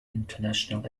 international